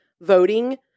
voting